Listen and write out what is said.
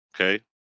okay